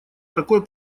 такой